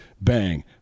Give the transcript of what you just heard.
Bang